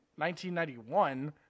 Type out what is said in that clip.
1991